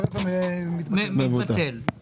אתה בכל אופן ראש עיר ותיק ומוצלח ורציני.